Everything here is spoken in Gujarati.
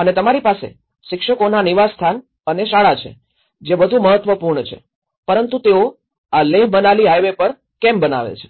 અને તમારી પાસે શિક્ષકોના નિવાસસ્થાન અને શાળા છે જે વધુ મહત્વપૂર્ણ છે પરંતુ તેઓ આ લેહ મનાલી હાઇવે પર કેમ બનાવે છે